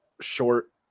short